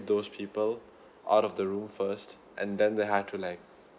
those people out of the room first and then they had to like